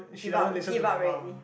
give up give up already